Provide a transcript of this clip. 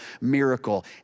miracle